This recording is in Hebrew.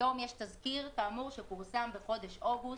היום יש תזכיר כאמור שפורסם בחודש אוגוסט,